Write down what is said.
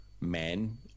men